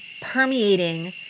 permeating